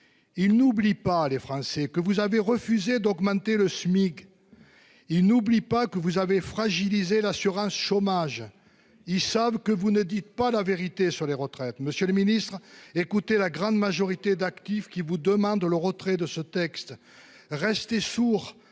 Il n'oublie pas les Français, que vous avez refusé d'augmenter le SMIC. Il n'oublie pas que vous avez fragiliser l'assurance chômage. Ils savent que vous ne dites pas la vérité sur les retraites. Monsieur le Ministre. Écoutez la grande majorité d'actifs qui vous demandent le retrait de ce texte. Resté sourd